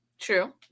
True